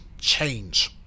change